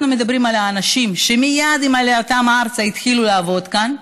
אנחנו מדברים על אנשים שמייד עם עלייתם ארצה התחילו לעבוד כאן.